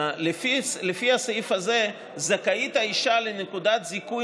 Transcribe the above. לפי הסעיף הזה זכאית האישה לנקודת זיכוי